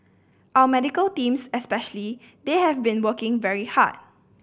our medical teams especially they have been working very hard